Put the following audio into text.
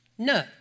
No